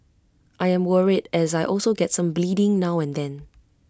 I am worried as I also get some bleeding now and then